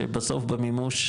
שבסוף במימוש,